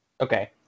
Okay